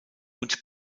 und